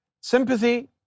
Sympathy